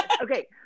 Okay